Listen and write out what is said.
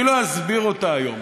אני לא אסביר אותה היום,